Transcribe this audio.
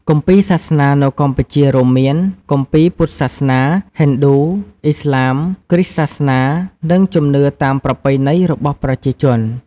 គម្ពីរសាសនានៅកម្ពុជារួមមាន គម្ពីរពុទ្ធសាសនា ហិណ្ឌូ អ៊ីស្លាម គ្រីស្ទសាសនា និង ជំនឿតាមប្រពៃណីរបស់ប្រជាជន។